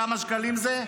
כמה שקלים זה?